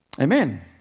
Amen